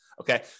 Okay